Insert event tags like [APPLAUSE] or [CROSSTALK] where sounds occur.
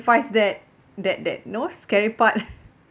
that that that know scary part [LAUGHS]